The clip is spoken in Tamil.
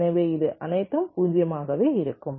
எனவே இது அனைத்தும் 0 ஆகவே இருக்கும்